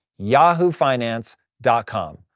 yahoofinance.com